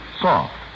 soft